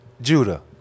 Judah